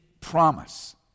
promise